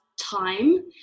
time